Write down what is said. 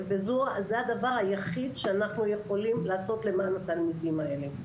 וזה הדבר היחיד שאנחנו יכולים לעשות למען התלמידים האלה.